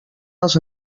als